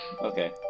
Okay